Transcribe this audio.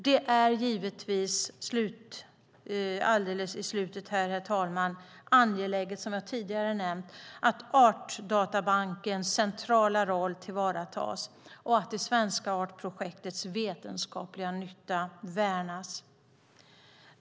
Det är givetvis här i slutet, herr talman, angeläget att Artdatabankens centrala roll tillvaratas och att det svenska artprojektets vetenskapliga nytta värnas.